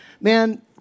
man